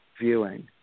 viewing